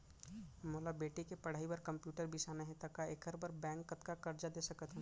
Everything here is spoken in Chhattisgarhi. मोला बेटी के पढ़ई बार कम्प्यूटर बिसाना हे त का एखर बर बैंक कतका करजा दे सकत हे?